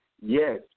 Yes